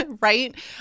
right